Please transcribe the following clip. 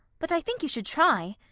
but i think you should try.